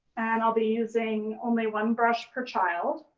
and i'll be using only one brush per child.